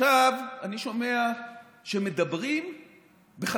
עכשיו אני שומע שמדברים בחדרי-חדרים.